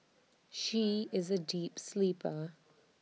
she is A deep sleeper